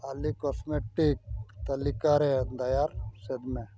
ᱚᱞᱤ ᱠᱚᱥᱢᱮᱴᱤᱠ ᱛᱟᱞᱤᱠᱟᱨᱮ diaper set ᱢᱮ